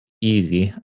easy